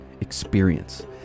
experience